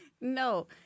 No